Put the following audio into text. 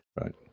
Right